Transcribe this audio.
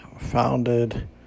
founded